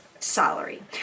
Salary